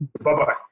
Bye-bye